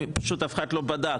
פשוט אף אחד לא בדק,